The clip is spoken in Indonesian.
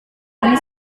ini